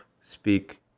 speak